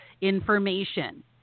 information